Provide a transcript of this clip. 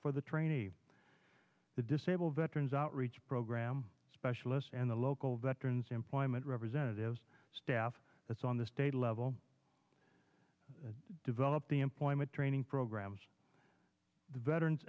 for the trainees the disabled veterans outreach program specialist and the local veterans employment representatives staff that's on the state level develop the employment training programs the veterans